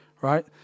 right